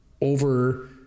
over